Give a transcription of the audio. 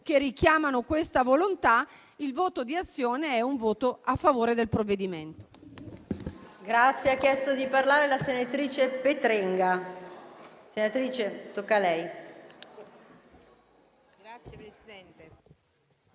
che richiamano questa volontà, il voto di Azione è favorevole al provvedimento.